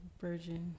virgin